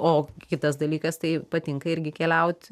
o kitas dalykas tai patinka irgi keliaut